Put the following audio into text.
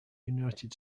united